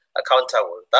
accountable